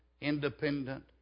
independent